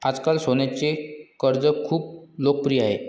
आजकाल सोन्याचे कर्ज खूप लोकप्रिय आहे